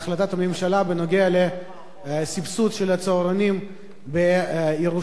הממשלה בנוגע לסבסוד של הצהרונים בירושלים.